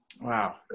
Wow